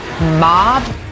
mob